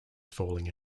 falling